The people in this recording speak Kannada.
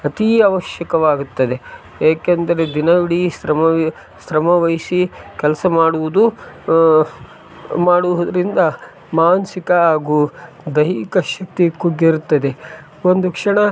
ಅತಿ ಅವಶ್ಯಕವಾಗುತ್ತದೆ ಏಕೆಂದರೆ ದಿನವಿಡಿ ಶ್ರಮವ್ಯೆ ಶ್ರಮವಹಿಸಿ ಕೆಲಸ ಮಾಡುವುದು ಮಾಡುವುದರಿಂದ ಮಾನಸಿಕ ಹಾಗು ದೈಹಿಕ ಶಕ್ತಿ ಕುಗ್ಗಿರುತ್ತದೆ ಒಂದು ಕ್ಷಣ